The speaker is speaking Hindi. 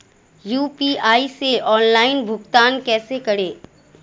यू.पी.आई से ऑनलाइन भुगतान कैसे करें?